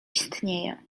istnieję